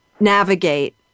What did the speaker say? navigate